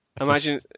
Imagine